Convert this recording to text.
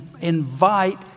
invite